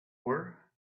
were